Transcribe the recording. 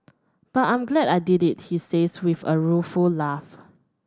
but I'm glad I did it he says with a rueful laugh